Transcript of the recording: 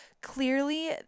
clearly